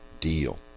Deal